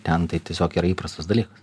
ten tai tiesiog yra įprastas dalykas